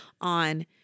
on